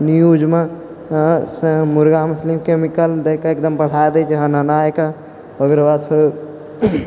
न्यूजमे से मुर्गा मछली कैमिकल दइ के एकदम बढ़ाइ दइ छै हनहनाइके ओकर बाद फेरो